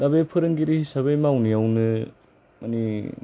दा बे फोरोंगिरि हिसाबै मावनायावनो मानि